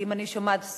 כי אם אני שומעת פה,